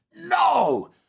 No